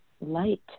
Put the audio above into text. light